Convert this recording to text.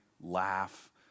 laugh